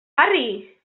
arri